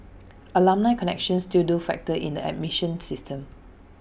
alumni connections still do factor in the admission system